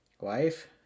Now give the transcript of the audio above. Wife